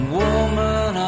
woman